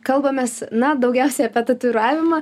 kalbamės na daugiausiai apie tatuiravimą